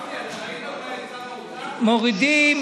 למרות התנגדותם הקולנית.